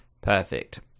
perfect